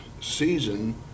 season